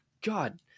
god